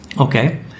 Okay